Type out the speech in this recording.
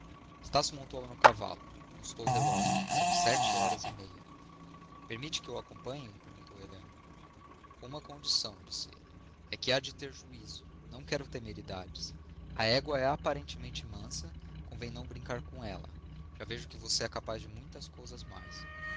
dentes estácio montou no cavalo consultou o relógio eram sete horas e meia permite que o acompanhe perguntou helena com uma condição disse ele é que há de ter juízo não quero temeridades a égua é aparentemente mansa convém não brincar com ela já vejo que você é capaz de muitas coisas mais